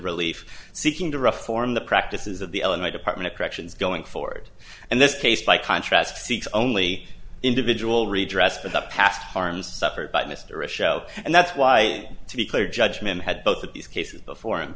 relief seeking to reform the practices of the illinois department of corrections going forward and this case by contrast seeks only individual redress for the past harm suffered by mr a show and that's why to be clear judgment had both of these cases before him